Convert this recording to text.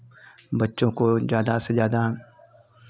बच्चों को ज़्यादा से ज़्यादा